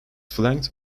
flanked